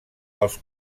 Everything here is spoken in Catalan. els